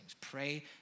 Pray